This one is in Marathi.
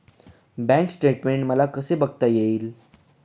बँक स्टेटमेन्ट मला कसे बघता येईल?